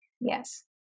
Yes